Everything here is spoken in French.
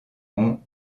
ont